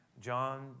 John